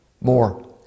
more